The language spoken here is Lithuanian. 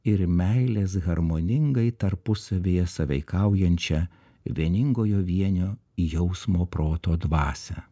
ir meilės harmoningai tarpusavyje sąveikaujančią vieningojo vienio jausmo proto dvasią